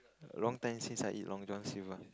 long time since I eat Long-John-Silver